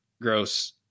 gross